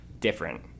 different